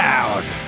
out